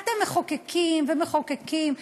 אתם מחוקקים ומחוקקים.